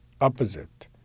opposite